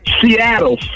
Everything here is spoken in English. Seattle